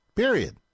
Period